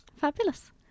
Fabulous